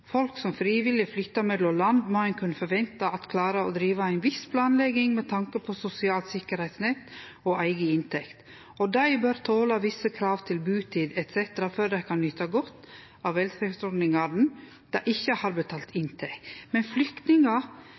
Folk som frivillig flyttar mellom land, må ein kunne forvente klarer å drive ei viss planlegging med tanke på sosialt sikkerheitsnett og eiga inntekt, og dei bør tole visse krav til butid etc. før dei kan nyte godt av velferdsordningane dei ikkje har betalt inn til. Men flyktningar,